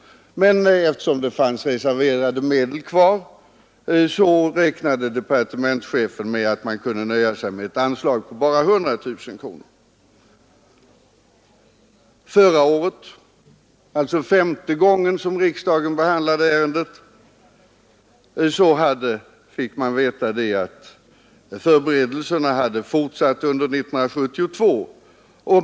Men eftersom reserverade medel fanns kvar, räknade departementschefen med att man kunde nöja sig med ett anslag på bara 100 000 kronor. Förra året, alltså femte gången riksdagen behandlade ärendet, fick vi veta att föreberedelserna fortsatt under 1972.